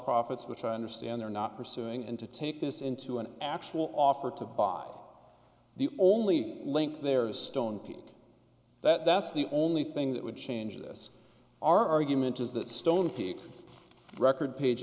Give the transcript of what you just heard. profits which i understand they're not pursuing and to take this into an actual offer to buy the only link there is stone pete that's the only thing that would change this argument is that stone peak record page